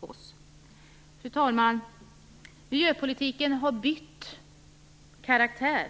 oss. Fru talman! Miljöpolitiken har bytt karaktär.